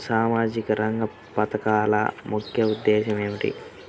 సామాజిక రంగ పథకాల ముఖ్య ఉద్దేశం ఏమిటీ?